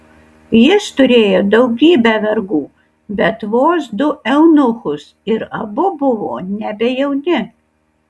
jis turėjo daugybę vergų bet vos du eunuchus ir abu buvo nebe jauni